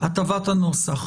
בהטבת הנוסח.